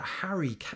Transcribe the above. Harry